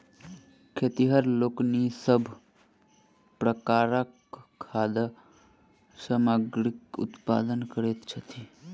खेतिहर लोकनि सभ प्रकारक खाद्य सामग्रीक उत्पादन करैत छथि